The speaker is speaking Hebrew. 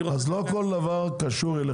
לא כל דבר קשור אליכם,